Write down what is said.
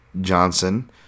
Johnson